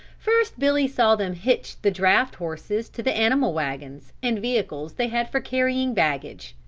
first billy saw them hitch the draft-horses to the animal wagons and vehicles they had for carrying baggage.